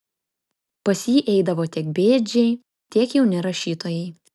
pas jį eidavo tiek bėdžiai tiek jauni rašytojai